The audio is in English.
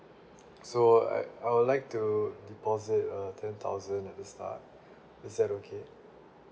so I I would like to deposit a ten thousand at the start is that okay